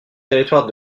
territoire